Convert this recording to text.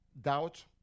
Doubt